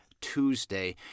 Tuesday